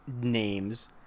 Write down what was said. names